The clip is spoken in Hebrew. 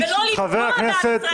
----- ולא לפגוע בעם ישראל.